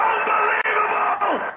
Unbelievable